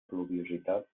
pluviositat